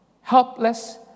helpless